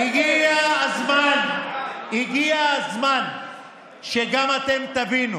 הגיע הזמן שגם אתם תבינו